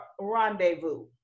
rendezvous